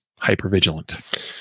hypervigilant